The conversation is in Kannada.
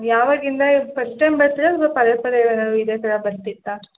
ಹ್ಞೂ ಹ್ಞೂ ಯಾವಾಗಿಂದ ಇದು ಫಸ್ಟ್ ಟೈಮ್ ಬರ್ತಿರೋದಾ ಅಥ್ವ ಪದೇ ಪದೇ ಏನಾರು ಇದೆ ಥರ ಬರ್ತಿತ್ತಾ